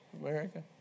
America